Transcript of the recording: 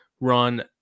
run